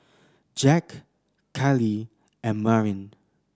Jack Kalie and Marin